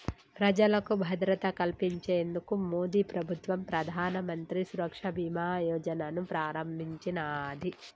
ప్రజలకు భద్రత కల్పించేందుకు మోదీప్రభుత్వం ప్రధానమంత్రి సురక్ష బీమా యోజనను ప్రారంభించినాది